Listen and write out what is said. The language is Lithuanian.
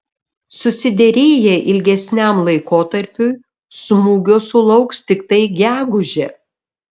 susiderėję ilgesniam laikotarpiui smūgio sulauks tiktai gegužę